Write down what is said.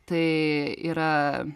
tai yra